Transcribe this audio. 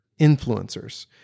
influencers